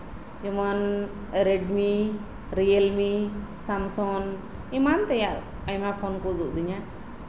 ᱡᱮᱢᱚᱱ Redmi Realme Samsung ᱮᱢᱟᱱ ᱛᱮᱭᱟᱜ ᱟᱭᱢᱟ ᱯᱷᱳᱱ ᱠᱚ ᱩᱫᱩᱜ ᱟᱹᱫᱤᱧᱟ